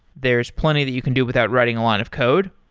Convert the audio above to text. there's plenty that you can do without writing a lot of code,